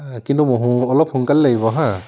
কিন্তু অলপ সোনকালে লাগিব হা